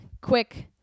quick